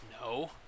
no